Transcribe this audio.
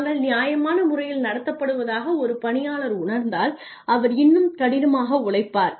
தாங்கள் நியாயமான முறையில் நடத்தப்படுவதாக ஒரு பணியாளர் உணர்ந்தால் அவர் இன்னும் கடினமாக உழைப்பார்